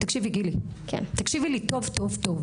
תקשיבי, גילי, תקשיבי לי טוב-טוב-טוב.